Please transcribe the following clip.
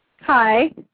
Hi